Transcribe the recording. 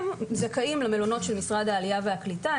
הם זכאים למלונות של משרד העלייה והקליטה,